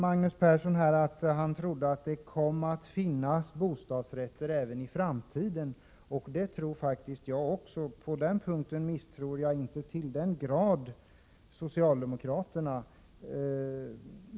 Magnus Persson sade att han trodde att det kommer att finnas bostadsrätter även i framtiden. Det tror faktiskt jag också — så till den grad misstror jag inte socialdemokraterna.